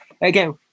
again